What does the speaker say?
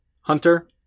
Hunter